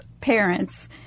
parents